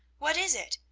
what is it?